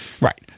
Right